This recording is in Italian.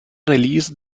release